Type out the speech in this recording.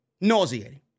Nauseating